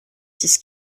six